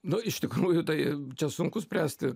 nu iš tikrųjų tai čia sunku spręsti